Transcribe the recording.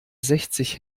sechzig